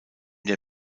der